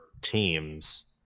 teams